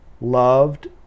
loved